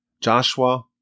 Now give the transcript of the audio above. Joshua